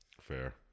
Fair